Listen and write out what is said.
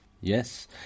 Yes